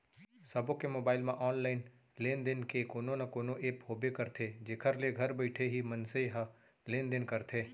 सबो के मोबाइल म ऑनलाइन लेन देन के कोनो न कोनो ऐप होबे करथे जेखर ले घर बइठे ही मनसे ह लेन देन करथे